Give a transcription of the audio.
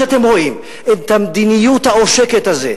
כשאתם רואים את המדיניות העושקת הזאת,